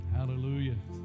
Hallelujah